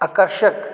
ਆਕਰਸ਼ਕ